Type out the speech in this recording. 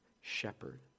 shepherd